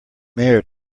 mare